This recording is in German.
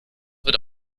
wird